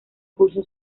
cursó